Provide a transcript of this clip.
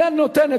היא הנותנת.